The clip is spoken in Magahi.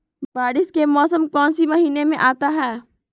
बारिस के मौसम कौन सी महीने में आता है?